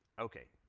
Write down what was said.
okay.